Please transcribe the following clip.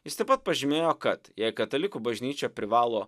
jis taip pat pažymėjo kad jei katalikų bažnyčia privalo